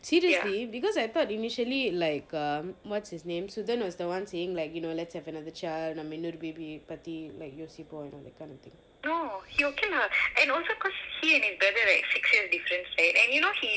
seriously because I thought initially like um what's his name suthan was the one saying like you know let's have another child நம்ம இன்னொரு:namma innoru baby பத்தி:pathi like யோசிப்போம்:yosippom you know that kind of thing